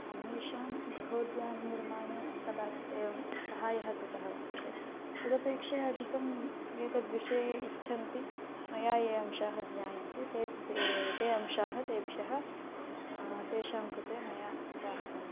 अन्येषां गृहोद्याननिर्माणे कदाचित् एवं सहायः कृतः वर्तते तदपेक्षया अधिकं एतद्विषये इच्छन्ति मया ये अंशाः ज्ञायन्ते ते ते ते अंशाः तेभ्यः तेषां कृते मया उक्ताः सन्ति